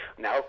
Now